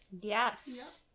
Yes